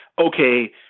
okay